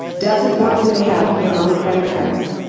doesn't want you to have your own credit cards,